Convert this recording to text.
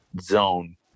zone